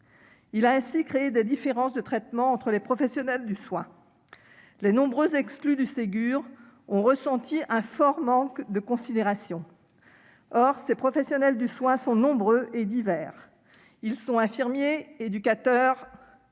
Il a ainsi créé des différences de traitement entre les professionnels du soin. Les nombreux exclus du Ségur ont vécu ces annonces comme un manque de considération à leur égard. Ces professionnels du soin sont nombreux et divers : ils sont infirmiers, éducateurs,